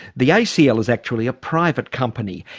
the acl is actually a private company.